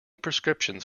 prescriptions